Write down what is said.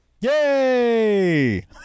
Yay